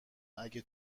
اگه